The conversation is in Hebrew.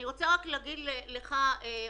אני מאוד הייתי שמחה להבין כאן האם אנחנו